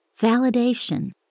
validation